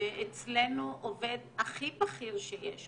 אצלנו עובד הכי בכיר שיש,